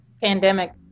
pandemic